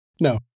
No